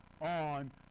on